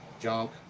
junk